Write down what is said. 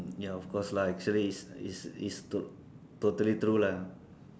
ya of course lah actually it's it's it's to~ totally true lah